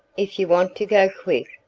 if you want to go quick,